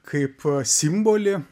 kaip simbolį